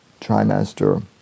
trimester